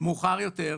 מאוחר יותר,